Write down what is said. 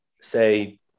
say